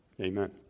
Amen